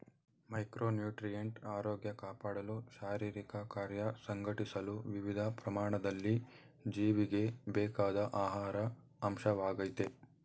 micronutrient ಆರೋಗ್ಯ ಕಾಪಾಡಲು ಶಾರೀರಿಕಕಾರ್ಯ ಸಂಘಟಿಸಲು ವಿವಿಧ ಪ್ರಮಾಣದಲ್ಲಿ ಜೀವಿಗೆ ಬೇಕಾದ ಆಹಾರ ಅಂಶವಾಗಯ್ತೆ